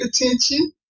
attention